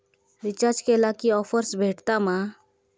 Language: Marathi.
रिचार्ज केला की ऑफर्स भेटात मा?